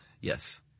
Yes